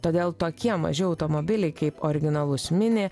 todėl tokie maži automobiliai kaip originalus mini